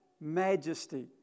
majesty